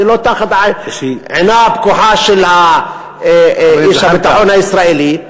אני לא תחת עינו הפקוחה של איש הביטחון הישראלי.